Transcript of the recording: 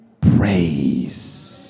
praise